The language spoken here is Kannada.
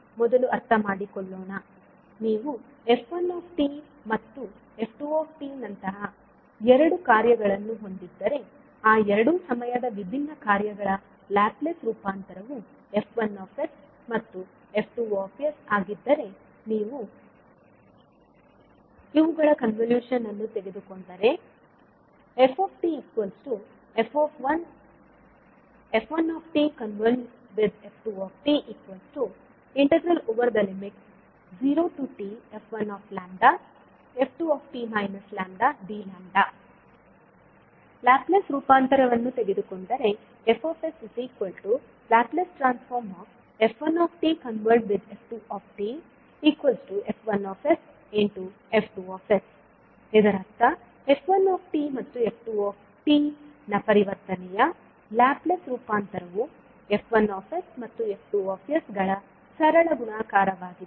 ನೀವು f1 ಮತ್ತು f2 ನಂತಹ ಎರಡು ಕಾರ್ಯಗಳನ್ನು ಹೊಂದಿದ್ದರೆ ಆ ಎರಡು ಸಮಯದ ವಿಭಿನ್ನ ಕಾರ್ಯಗಳ ಲ್ಯಾಪ್ಲೇಸ್ ರೂಪಾಂತರವು F1 ಮತ್ತು F2 ಆಗಿದ್ದರೆ ನೀವು ಇವುಗಳ ಕನ್ವಲೂಶನ್ ಅನ್ನು ತೆಗೆದುಕೊಂಡರೆ ಲ್ಯಾಪ್ಲೇಸ್ ರೂಪಾಂತರವನ್ನು ತೆಗೆದುಕೊಂಡರೆ ಇದರರ್ಥ f1 ಮತ್ತು f2 ನ ಪರಿವರ್ತನೆಯ ಲ್ಯಾಪ್ಲೇಸ್ ರೂಪಾಂತರವು F1 ಮತ್ತು F2 ಗಳ ಸರಳ ಗುಣಾಕಾರವಾಗಿದೆ